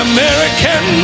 American